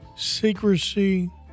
secrecy